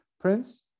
Prince